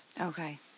Okay